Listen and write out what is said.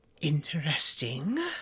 interesting